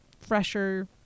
fresher